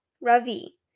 Ravi